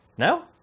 No